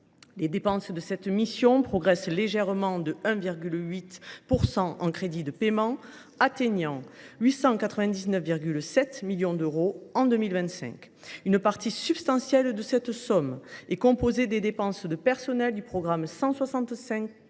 Les crédits de cette mission progressent légèrement, de 1,8 % en crédits de paiement, pour atteindre 899,7 millions d’euros en 2025. Une partie substantielle de cette somme sert à financer les dépenses de personnel du programme 165